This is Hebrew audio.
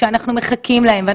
גם